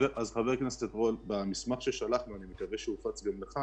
במסמך ששלחנו, ואני מקווה שהוא הופץ גם לך